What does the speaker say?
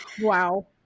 Wow